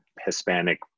Hispanic